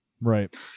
Right